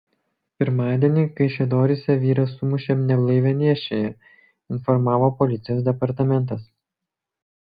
pirmadienį kaišiadoryse vyras sumušė neblaivią nėščiąją informavo policijos departamentas